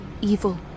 evil